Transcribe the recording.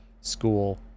school